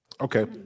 Okay